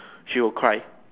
she will cry